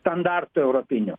standartų europinių